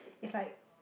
it's like